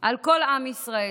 כל עם ישראל.